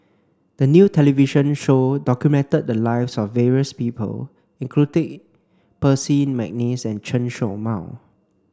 the new television show documented the lives of various people including Percy McNeice and Chen Show Mao